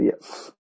yes